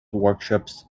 workshops